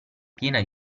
piena